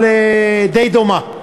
אבל די דומה,